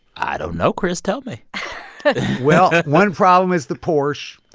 i don't know, chris. tell me well, one problem is the porsche.